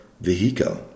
vehicle